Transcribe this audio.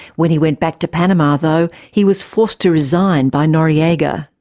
when he went back to panama, though, he was forced to resign by noriega.